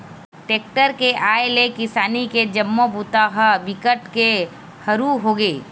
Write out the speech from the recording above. tractor के आए ले किसानी के जम्मो बूता ह बिकट के हरू होगे